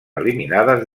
eliminades